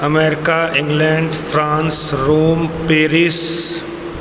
America England France Rome Paris